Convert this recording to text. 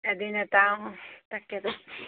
এদিন এটা তাকেটো